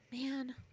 Man